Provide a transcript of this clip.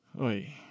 Oi